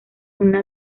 una